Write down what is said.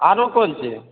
आरो किछु दी